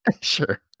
sure